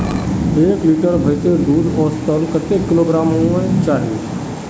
एक लीटर भैंसेर दूध औसतन कतेक किलोग्होराम ना चही?